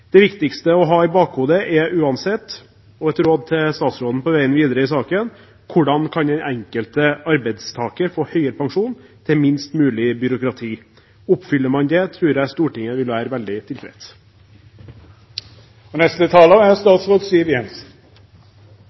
Det viktigste å ha i bakhodet er uansett – og et råd til statsråden på veien videre i saken: Hvordan kan den enkelte arbeidstaker få høyere pensjon til minst mulig byråkrati? Oppfyller man det, tror jeg Stortinget vil være veldig tilfreds. La meg først få takke komiteen for arbeidet med lovforslaget om egen pensjonskonto. Jeg er